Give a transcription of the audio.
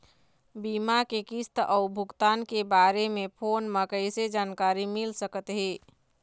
बीमा के किस्त अऊ भुगतान के बारे मे फोन म कइसे जानकारी मिल सकत हे?